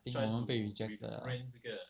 I think 我们被 rejected liao